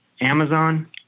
Amazon